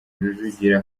rujugira